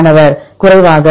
மாணவர் குறைவாக